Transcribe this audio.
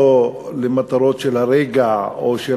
לא למטרות של הרגע או של